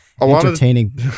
entertaining